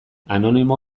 anonimo